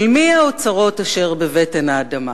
של מי האוצרות אשר בבטן האדמה?